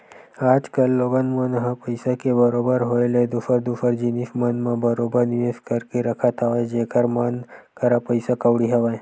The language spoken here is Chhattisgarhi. आज कल लोगन मन ह पइसा के बरोबर होय ले दूसर दूसर जिनिस मन म बरोबर निवेस करके रखत हवय जेखर मन करा पइसा कउड़ी हवय